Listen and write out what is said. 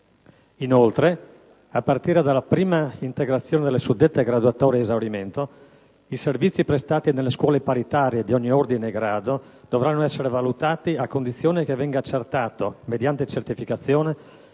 Inoltre, a partire dalla prima integrazione delle suddette graduatorie ad esaurimento, i servizi prestati nelle scuole paritarie di ogni ordine e grado dovranno essere valutati a condizione che venga accertato, mediante certificazione,